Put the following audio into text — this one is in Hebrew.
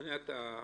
ושכנע את הרשם